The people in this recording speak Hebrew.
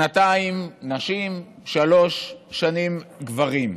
שנתיים נשים, שלוש שנים גברים.